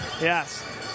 Yes